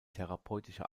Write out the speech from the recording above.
therapeutische